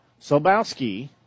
Sobowski